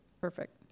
perfect